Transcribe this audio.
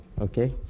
Okay